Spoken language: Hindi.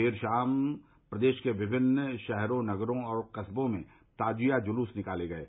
देर शाम प्रदेश के विभिन्न शहरो नगरो और कस्बों में ताजिया जुलूस निकाले गये